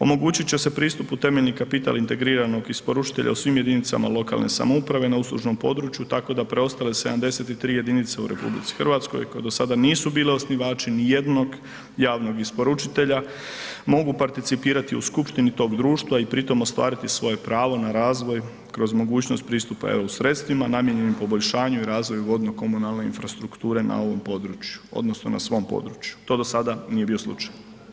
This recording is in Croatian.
Omogućit će se pristup u temeljni kapital integriranog isporučitelja u svim jedinicama lokalne samouprave na uslužnom području, tako da preostale 73 jedinice u RH koje do sada nisu bile osnivači nijednog javnog isporučitelja, mogu participirati u skupštini tog društva i pri tom ostvariti svoje pravo na razvoj kroz mogućnost pristupa EU sredstvima namijenjenim poboljšanju i razvoju vodno komunalne infrastrukture na ovom području odnosno na svom području, to do sada nije bio slučaj.